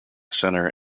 centre